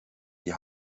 die